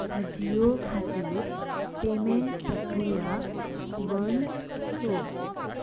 अजियो खातीर पेमेंट प्रक्रिया बंद कर